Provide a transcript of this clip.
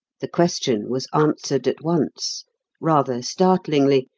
the question was answered at once rather startlingly,